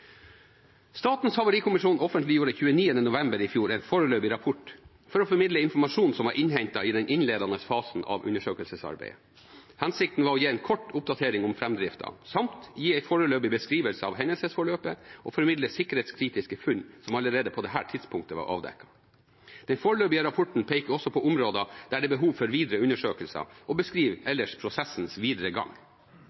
Statens havarikommisjon offentliggjorde 29. november i fjor en foreløpig rapport for å formidle informasjon som var innhentet i den innledende fasen av undersøkelsesarbeidet. Hensikten var å gi en kort oppdatering om framdriften samt gi en foreløpig beskrivelse av hendelsesforløpet og formidle sikkerhetskritiske funn som allerede på dette tidspunktet var avdekket. Den foreløpige rapporten peker også på områder der det er behov for videre undersøkelser, og